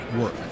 work